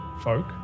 folk